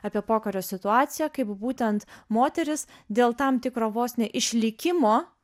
apie pokario situaciją kaip būtent moteris dėl tam tikro vos ne išlikimo